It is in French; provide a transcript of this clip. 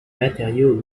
matériaux